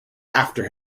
after